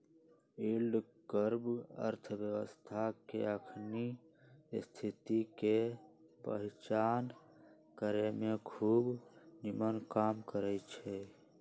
yield curve अर्थव्यवस्था के अखनी स्थिति के पहीचान करेमें खूब निम्मन काम करै छै